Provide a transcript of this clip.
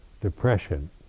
depression